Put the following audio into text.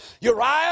Uriah